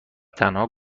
تنها